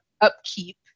upkeep